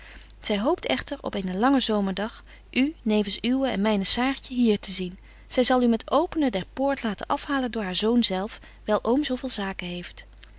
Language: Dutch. zy hoopt echter op een langen zomerdag u nevens uwe en myne saartje hier te zien zy zal u met het openen der poort laten afhalen door haar zoon zelf wyl oom zo veel zaken heeft